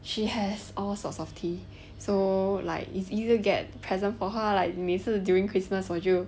she has all sorts of tea so like it's easier get presents for her like 每次 during christmas 我就